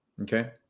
Okay